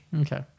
okay